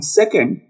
second